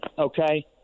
Okay